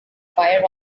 fire